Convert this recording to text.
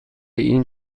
این